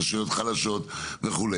רשויות חלשות וכו',